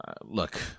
Look